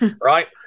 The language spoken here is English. right